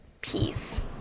peace